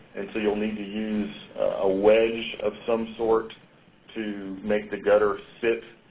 and so you'll need to use a wedge of some sort to make the gutter sit